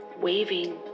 waving